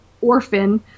orphan